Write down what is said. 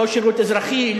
לא שירות אזרחי,